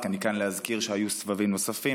אני כאן להזכיר שהיו סבבים נוספים,